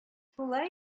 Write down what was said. шулай